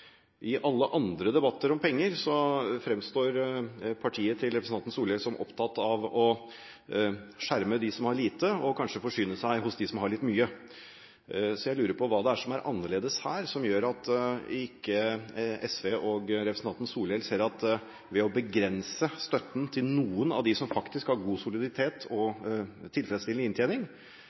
I alle andre debatter om penger fremstår partiet til representanten Solhjell som opptatt av å skjerme dem som har lite, og kanskje å forsyne seg hos dem som har litt mye. Så jeg lurer på hva som er så annerledes her. Hva er det som gjør at SV og representanten Solhjell ikke ser at man kunne begrense støtten til noen av dem som faktisk har god soliditet og tilfredsstillende inntjening,